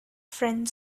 friend